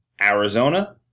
Arizona